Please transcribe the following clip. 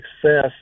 success